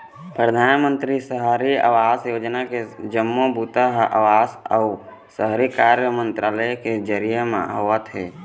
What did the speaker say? परधानमंतरी सहरी आवास योजना के जम्मो बूता ह आवास अउ शहरी कार्य मंतरालय के जरिए म होवत हे